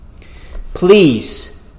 Please